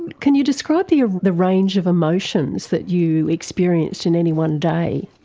can you describe the ah the range of emotions that you experienced in any one day?